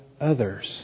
others